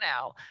now